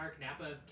Napa